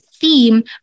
theme